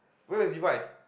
where